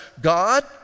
God